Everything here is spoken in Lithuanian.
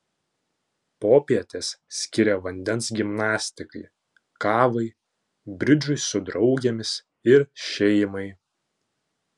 popietes skiria vandens gimnastikai kavai bridžui su draugėmis ir šeimai